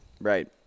Right